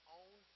own